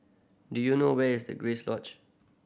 do you know where is the Grace Lodge